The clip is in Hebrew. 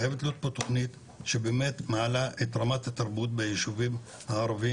חייבת להיות פה תוכנית שבאמת מעלה את רמת התרבות ביישובים הערביים,